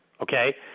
okay